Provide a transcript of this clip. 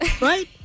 Right